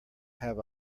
have